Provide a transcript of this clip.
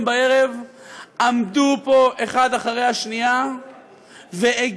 בערב עמדו פה אחד אחרי השנייה והגנו,